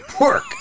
work